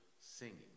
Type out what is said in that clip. singing